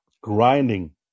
grinding